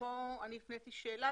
כאן הפניתי שאלה